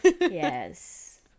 Yes